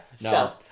No